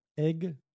Egg